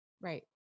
Right